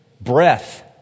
Breath